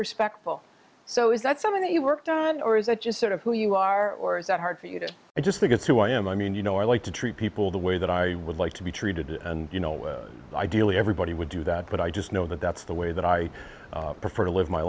respectful so is that something that you worked on or is it just sort of who you are or is it hard for you know i just think it's who i am i mean you know i like to treat people the way that i would like to be treated and you know ideally everybody would do that but i just know that that's the way that i prefer to live my